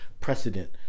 precedent